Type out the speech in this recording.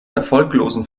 erfolglosen